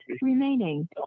remaining